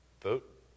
Vote